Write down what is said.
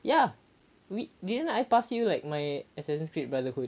ya we didn't I pass you like my assassin's creed brotherhood